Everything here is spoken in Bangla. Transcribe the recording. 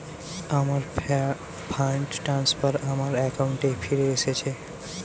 আমার ফান্ড ট্রান্সফার আমার অ্যাকাউন্টে ফিরে এসেছে